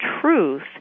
truth